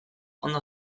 ondo